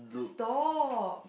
stop